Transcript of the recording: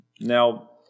Now